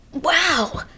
Wow